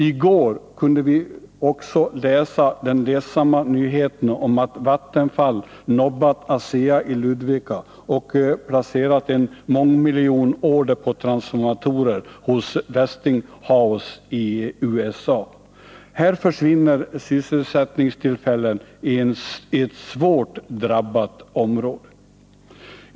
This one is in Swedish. I går kunde vi läsa den ledsamma nyheten att Vattenfall hade nobbat ASEA i Ludvika och placerat en mångmiljonorder på transformatorer hos Westinghouse i USA. Här försvinner sysselsättningstillfällen i ett svårt drabbat område.